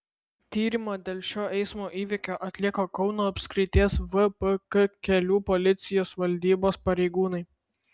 tyrimą dėl šio eismo įvykio atlieka kauno apskrities vpk kelių policijos valdybos pareigūnai